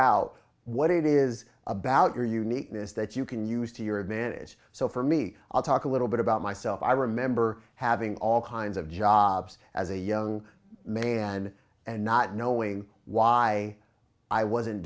out what it is about your uniqueness that you can use to your advantage so for me i'll talk a little bit about myself i remember having all kinds of jobs as a young man and not knowing why i wasn't